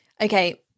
Okay